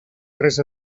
tres